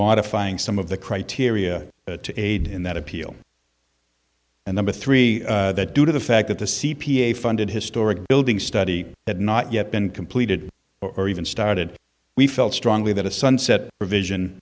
modifying some of the criteria to aid in that appeal and number three that due to the fact that the c p a funded historic building study had not yet been completed or even started we felt strongly that a sunset provision